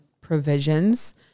provisions